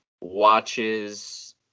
watches